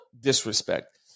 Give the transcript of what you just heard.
disrespect